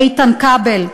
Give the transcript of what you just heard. איתן כבל,